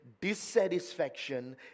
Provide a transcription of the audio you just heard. dissatisfaction